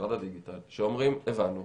ומשרד הדיגיטל שאומרים: הבנו,